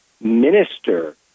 minister